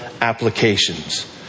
applications